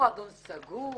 מועדון סגור?